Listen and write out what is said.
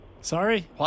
Sorry